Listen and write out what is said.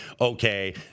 okay